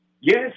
Yes